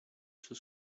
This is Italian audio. suo